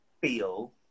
feel